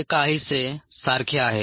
हे काहीसे सारखे आहे